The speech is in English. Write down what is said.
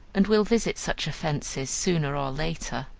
and will visit such offences sooner or later.